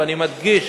ואני מדגיש,